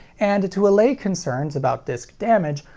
and to allay concerns about disc damage,